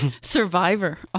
Survivor